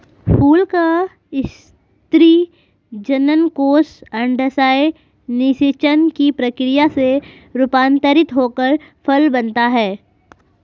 फूल का स्त्री जननकोष अंडाशय निषेचन की प्रक्रिया से रूपान्तरित होकर फल बनता है